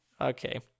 Okay